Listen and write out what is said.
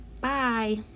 Bye